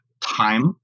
time